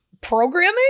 programming